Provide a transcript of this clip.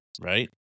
Right